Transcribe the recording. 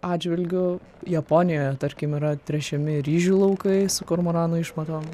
atžvilgiu japonijoje tarkim yra tręšiami ryžių laukai su kormoranų išmatom